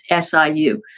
SIU